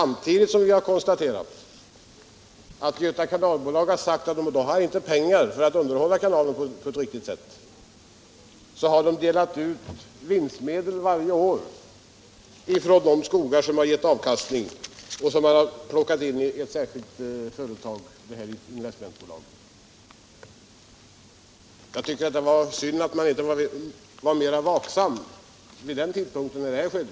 Vi har kunnat konstatera att samtidigt som Göta kanalbolag har sagt att det inte har pengar för att underhålla kanalen på ett riktigt sätt har bolaget delat ut vinstmedel varje år från de skogar som har givit avkastning och som förts över till ett särskilt investmentbolag. Jag tycker att det var synd att man inte var mera vaksam vid den tidpunkt då överföringen skedde.